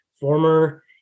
former